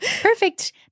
Perfect